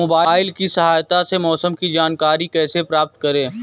Mobile की सहायता से मौसम की जानकारी कैसे प्राप्त करें?